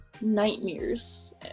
nightmares